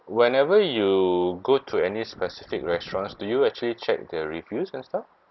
whenever you go to any specific restaurants do you actually check the reviews and stuff